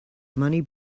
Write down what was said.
money